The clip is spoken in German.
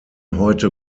heute